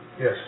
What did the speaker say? Yes